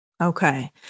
Okay